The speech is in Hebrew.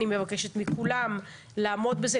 אני מבקשת מכולם לעמוד בזה,